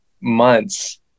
months